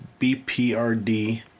BPRD